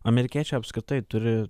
amerikiečiai apskritai turi